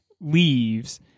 leaves